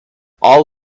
all